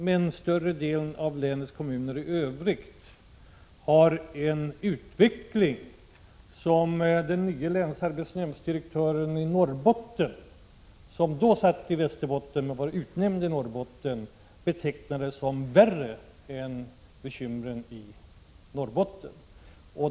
Men större delen av länets kommuner i övrigt har en utveckling som den nye länsarbetsnämndsdirektören i Norrbotten — han tjänstgjorde då i Västerbotten men var utnämnd till befattningen i Norrbotten — betecknade som värre än bekymren i Norrbottens län.